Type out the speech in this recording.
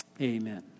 Amen